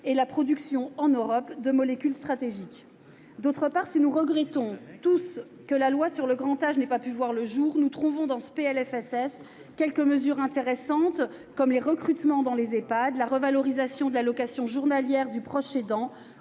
et la production en Europe de molécules stratégiques. Si nous regrettons tous que la loi sur le grand âge n'ait pu voir le jour, nous trouvons dans ce PLFSS quelques mesures satisfaisantes comme les recrutements dans les Ehpad, la revalorisation de l'allocation journalière du proche aidant